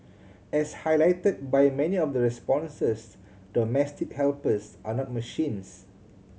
as highlighted by many of the responses domestic helpers are not machines